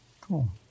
Cool